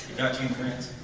got gene kranz.